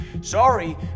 Sorry